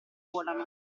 volano